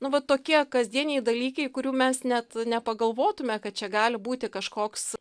nu va tokie kasdieniai dalykai kurių mes net nepagalvotume kad čia gali būti kažkoks